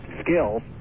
skills